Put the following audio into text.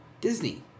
Disney